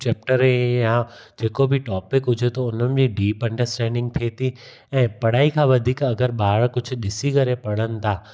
chapter हे या जेको बि टॉपिक हुजे थो हुन में डिप अंडरस्टैंगिग थिए थी ऐं पढ़ाईअ खां वधीक अगरि ॿार कुझु ॾिसी करे पढ़नि था